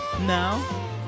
No